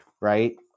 right